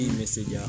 message